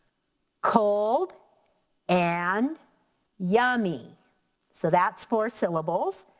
cold and yummy so that's four syllables.